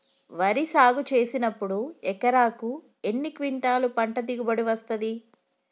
వరి సాగు చేసినప్పుడు ఎకరాకు ఎన్ని క్వింటాలు పంట దిగుబడి వస్తది?